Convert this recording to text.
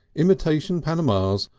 imitation panamas,